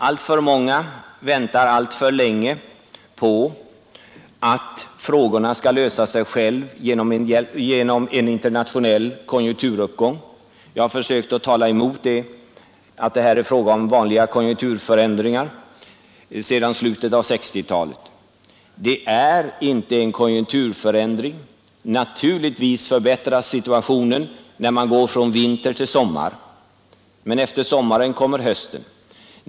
Alltför många väntar alltför länge på att problemen skall lösa sig själva genom en internationell konjunkturuppgång. Jag har försökt att tala emot att det här är fråga om vanliga konjunkturförändringar sedan slutet av 1960-talet. Det är inte en konjunkturförändring. Naturligtvis förbättras situationen när man går från vinter till sommar. Men efter sommaren kommer hösten.